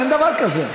אין דבר כזה.